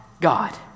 God